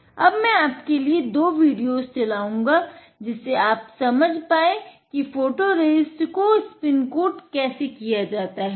अब मै आपके लिए दो विडिओज़ चलाऊंगा जिससे आप समझ पाए कि फोटोरेसिस्ट को स्पिन कोट कैसे किया जाता है